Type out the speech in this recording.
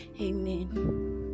amen